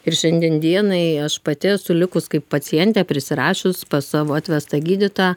ir šiandien dienai aš pati esu likus kaip pacientė prisirašius pas savo atvestą gydytoją